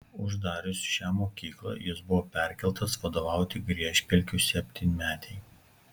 uždarius šią mokyklą jis buvo perkeltas vadovauti griežpelkių septynmetei